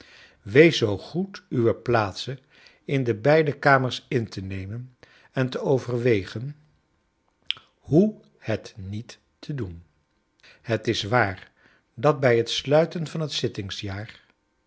wees zoo goed uwe plaatsen in de beide earners in te nemen en te overwegen hoe het niet te doen het is waar dat bij het sluiten van het